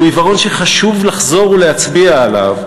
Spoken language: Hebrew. זהו עיוורון שחשוב לחזור ולהצביע עליו,